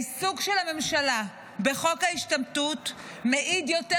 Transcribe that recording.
העיסוק של הממשלה בחוק ההשתמטות מעיד יותר